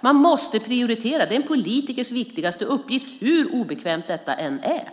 Man måste prioritera. Det är en politikers viktigaste uppgift hur obekväm den än är.